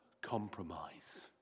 compromise